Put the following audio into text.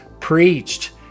preached